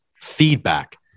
feedback